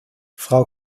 frau